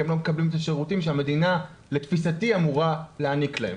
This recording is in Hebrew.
כי הם לא מקבלים את השירותים שהמדינה לתפיסתי אמורה להעניק להם.